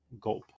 gulp